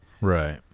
Right